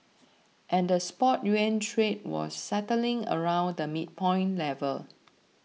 and the spot yuan trade was settling around the midpoint level